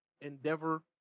Endeavor